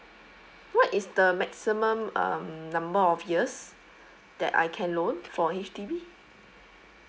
what is the maximum um number of years that I can loan for H_D_B